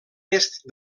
est